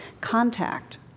contact